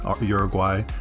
Uruguay